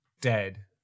Dead